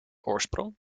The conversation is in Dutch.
oorsprong